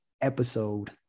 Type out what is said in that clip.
episode